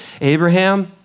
Abraham